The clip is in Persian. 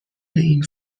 این